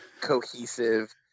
cohesive